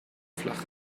flach